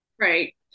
Right